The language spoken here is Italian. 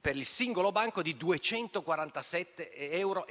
per il singolo banco di 247,78 euro,